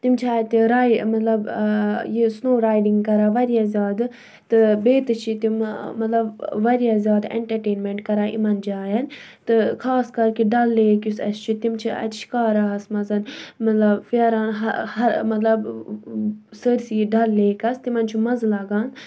تِم چھِ اَتہِ راے مطلب یہِ سنو ڑایوِنگ کَران واریاہ زیادٕ تہٕ بیٚیہِ تہِ چھِ تِم مطلب واریاہ زیادٕ اینٹَرٹینمٮ۪نٹ کَران یِمَن جایَن تہٕ خاص کَرکہِ ڈَل لیٚک یُس اَسہِ چھُ تِم چھِ اَتہِ شِکاراہس مَنز مطلب پھیران ہَر ہَر مطلب سٲرسٕے ڈَل لیکَس تِمَن چھُ مَزٕ لَگان